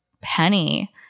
Penny